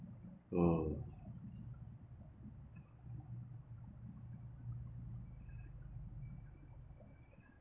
ah